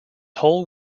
whole